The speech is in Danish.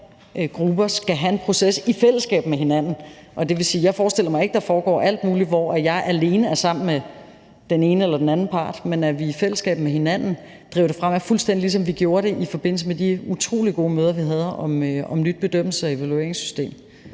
grupper skal have en proces i fællesskab med hinanden. Og det vil sige, at jeg ikke forestiller mig, at der foregår alt muligt, hvor jeg alene er sammen med den ene eller den anden part, men at vi i fællesskab med hinanden driver det fremad, fuldstændig ligesom vi gjorde det i forbindelse med de utrolig gode møder, vi havde, om et nyt bedømmelses- og evalueringssystem,